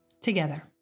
together